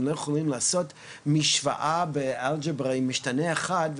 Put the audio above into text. הם לא יכולים לעשות משוואה באלגברה עם משתנה אחד,